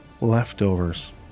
leftovers